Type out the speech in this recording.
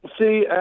See